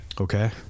okay